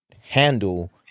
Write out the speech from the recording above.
handle